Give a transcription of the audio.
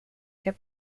hip